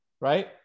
Right